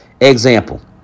Example